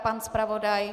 Pan zpravodaj?